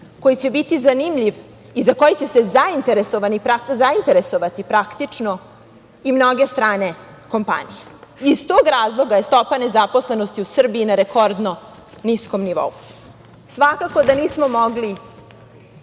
koji će biti zanimljiv i za koji će se zainteresovati praktično i mnoge strane kompanije. Iz tog razloga je stopa nezaposlenosti u Srbiji na rekordnom niskom nivou. Svakako da nismo mogli